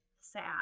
sad